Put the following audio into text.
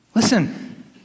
Listen